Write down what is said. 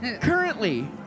Currently